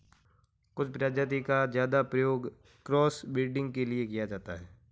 कुछ प्रजाति का ज्यादा प्रयोग क्रॉस ब्रीडिंग के लिए किया जाता है